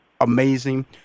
amazing